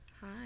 Hi